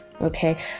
Okay